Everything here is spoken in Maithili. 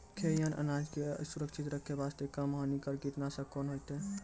खैहियन अनाज के सुरक्षित रखे बास्ते, कम हानिकर कीटनासक कोंन होइतै?